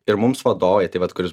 ir mums vadovai tai vat kuris